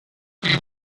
you